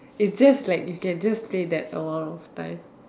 is just like you can just say that a lot of times